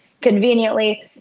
conveniently